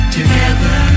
Together